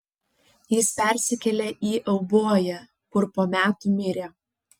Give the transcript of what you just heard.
jis persikėlė į euboją kur po metų mirė